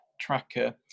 tracker